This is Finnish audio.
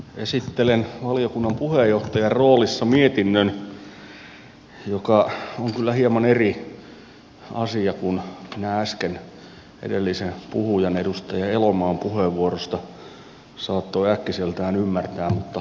esittelen valiokunnan puheenjohtajan roolissa mietinnön joka on kyllä hieman eri asia kuin äsken edellisen puhujan edustaja elomaan puheenvuorosta saattoi äkkiseltään ymmärtää